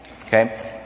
okay